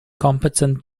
competent